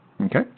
Okay